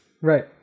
Right